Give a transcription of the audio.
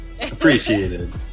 Appreciated